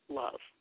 love